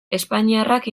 espainiarrak